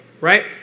right